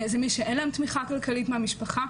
אלה מי שאין להן תמיכה כלכלית מהמשפחה.